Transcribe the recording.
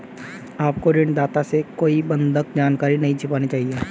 आपको ऋणदाता से कोई बंधक जानकारी नहीं छिपानी चाहिए